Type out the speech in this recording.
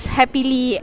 happily